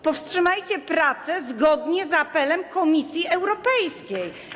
Powstrzymajcie prace zgodnie z apelem Komisji Europejskiej.